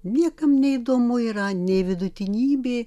niekam neįdomu yra nei vidutinybė